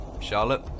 Charlotte